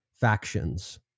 factions